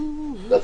בשיקול דעת,